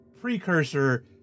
precursor